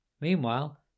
meanwhile